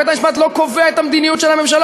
בית-המשפט לא קובע את המדיניות של הממשלה